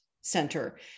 center